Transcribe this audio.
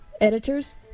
editors